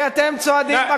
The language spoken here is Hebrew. כי אתם צועדים,